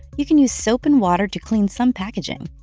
you can use soap and water to clean some packaging.